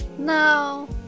No